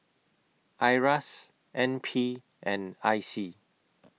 IRAS N P and I C